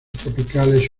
tropicales